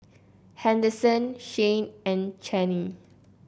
Henderson Shayne and Channie